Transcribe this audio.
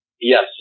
Yes